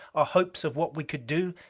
our hopes of what we could do,